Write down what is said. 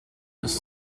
his